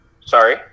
Sorry